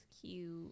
cute